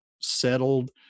settled